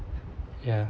ya